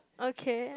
okay